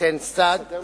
ליתן סעד,